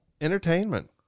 entertainment